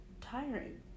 tiring